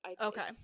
okay